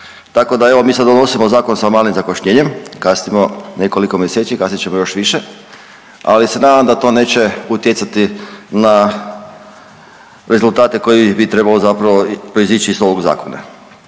Tako da evo mi sad donosimo zakon sa malim zakašnjenjem, kasnimo nekoliko mjeseci, kasnit ćemo još više, ali se nadam da to neće utjecati na rezultate koji bi trebali zapravo proizići iz novog zakona.